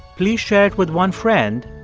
please share it with one friend,